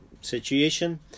situation